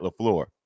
LaFleur